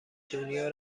دنیا